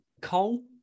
Cole